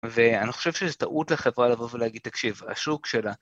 ואני חושב שזו טעות לחברה לבוא ולהגיד, תקשיב, השוק שלה...